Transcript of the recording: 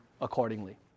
accordingly